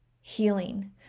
healing